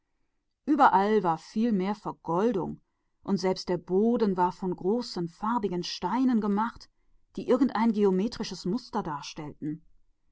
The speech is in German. war so viel mehr vergoldet überall und selbst der boden war aus großen farbigen steinen die nach art von geometrischen